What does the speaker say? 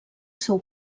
seu